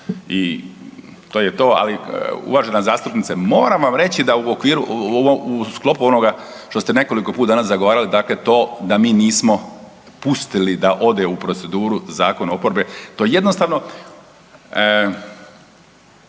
i to je to. ali uvažena zastupnice moram vam reći da u sklopu onoga što ste nekoliko puta danas zagovarali to da mi nismo pustili da ode u proceduru zakon oporbe, to jednostavno